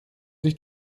sich